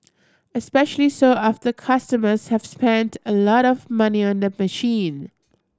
especially so after customers have spent a lot of money on the machine